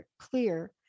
clear